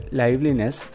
liveliness